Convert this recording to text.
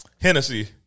Hennessy